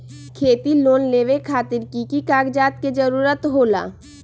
खेती लोन लेबे खातिर की की कागजात के जरूरत होला?